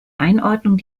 einordnung